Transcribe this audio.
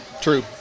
True